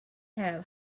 have